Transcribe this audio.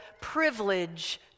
privilege